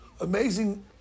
amazing